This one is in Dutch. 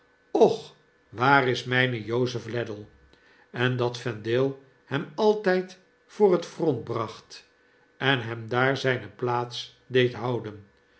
och waar is mijn jozef ladle en dat vendale hem altijd voor het front bracht en hem daar zijne plaats deed houden